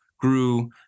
Grew